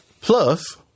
Plus